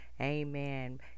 Amen